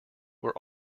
were